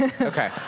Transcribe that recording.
Okay